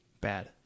Bad